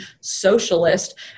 socialist